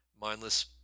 mindless